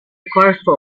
corfu